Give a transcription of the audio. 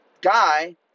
guy